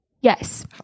Yes